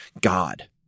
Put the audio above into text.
God